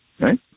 Right